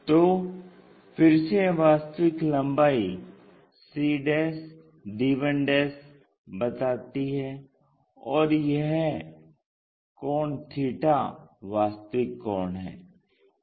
तो फिर से यह वास्तविक लम्बाई cd1 बताती है और यह कोण थीटा 𝛉 वास्तविक कोण है